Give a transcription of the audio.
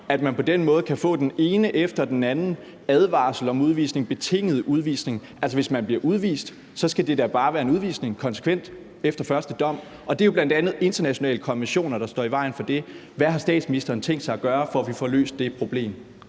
at man på den måde kan få den ene advarsel om betinget udvisning efter den anden. Altså, hvis man bliver udvist, skal det da bare være konsekvent udvisning efter første dom, og det er jo bl.a. internationale konventioner, der står i vejen for det. Hvad har statsministeren tænkt sig at gøre, for at vi får løst det problem?